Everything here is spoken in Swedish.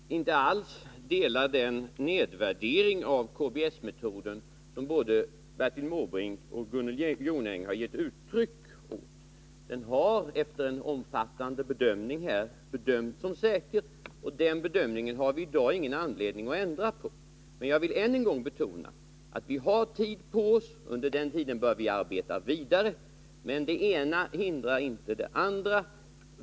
Herr talman! Jag vill inte alls instämma i den nedvärdering av KBS metoden som både Bertil Måbrink och Gunnel Jonäng har gett uttryck åt. Den har efter omfattande utredningar bedömts som säker, och den bedömningen har vi i dag ingen anledning att ändra på. Men jag vill än en gång betona att vi har tid på oss. Under den tiden bör vi arbeta vidare. Men det ena hindrar inte det andra.